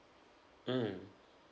mm